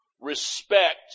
Respect